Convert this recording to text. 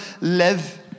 live